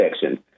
section